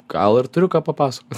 gal ir turiu ką papasakot